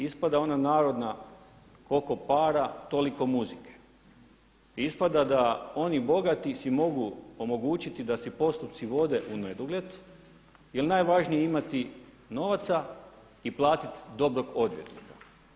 Ispada ona narodna „Koliko para toliko muzike“ i ispada da oni bogati si mogu omogućiti da se postupci vode u nedogled jel najvažnije je imati novaca i platiti dobrog odvjetnika.